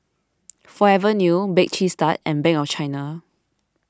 Forever New Bake Cheese Tart and Bank of China